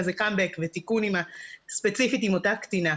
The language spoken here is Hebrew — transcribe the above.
כך היה קאמבק ותיקון ספציפית עם אותה קטינה,